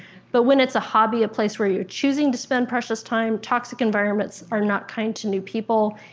but when it's a hobby, a place where you are choosing to spend precious time, toxic environments are not kind to new people,